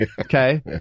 Okay